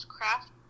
Craft